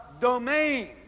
domain